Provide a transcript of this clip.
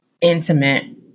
intimate